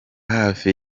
hafi